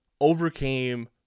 overcame